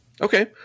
okay